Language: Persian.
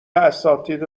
اساتید